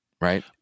Right